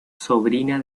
sobrina